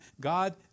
God